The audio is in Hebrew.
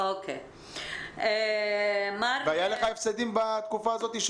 והיו לך הפסדים בתקופה הזאת?